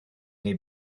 neu